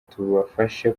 tubafashe